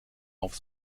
auf